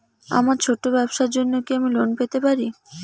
আমার ছোট্ট ব্যাবসার জন্য কি আমি লোন পেতে পারি?